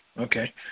okay